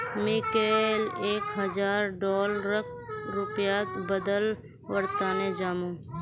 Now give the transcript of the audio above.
मी कैल एक हजार डॉलरक रुपयात बदलवार तने जामु